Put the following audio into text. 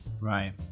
Right